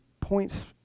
points